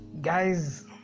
guys